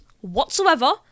whatsoever